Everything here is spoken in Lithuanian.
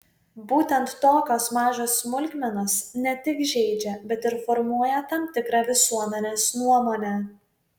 būtent tokios mažos smulkmenos ne tik žeidžia bet ir formuoja tam tikrą visuomenės nuomonę